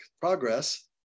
progress